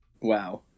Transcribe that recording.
Wow